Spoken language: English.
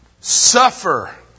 suffer